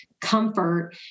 comfort